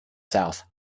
south